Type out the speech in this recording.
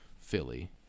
Philly